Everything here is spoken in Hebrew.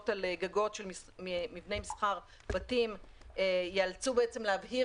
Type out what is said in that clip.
על גגות של מבני מסחר ובתים יאלצו להבהיר